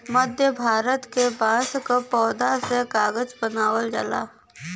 मध्य भारत के बांस क पौधा से कागज बनावल जाला